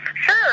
Sure